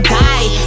die